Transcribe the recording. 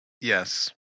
Yes